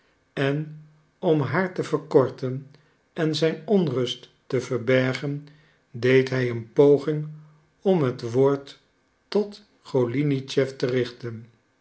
en om haar te verkorten en zijn onrust te verbergen deed hij een poging om het woord tot golinitschef te richten